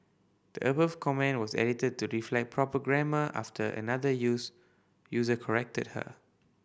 the above comment was edited to reflect proper grammar after another use user corrected her